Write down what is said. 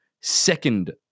second